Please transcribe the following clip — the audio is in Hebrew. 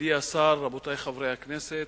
מכובדי השר, רבותי חברי הכנסת,